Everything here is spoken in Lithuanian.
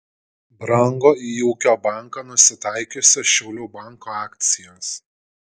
brango į ūkio banką nusitaikiusio šiaulių banko akcijos